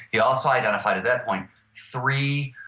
he also identified at that point three,